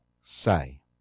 say